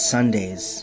Sundays